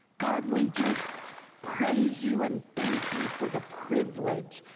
god, we just praise you and thank you for the privilege,